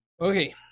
Okay